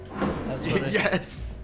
Yes